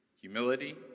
humility